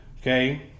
Okay